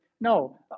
no